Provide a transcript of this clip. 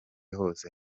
hose